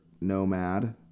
nomad